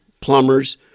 plumbers